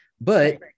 but-